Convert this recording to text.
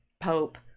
Pope